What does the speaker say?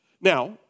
Now